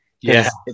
yes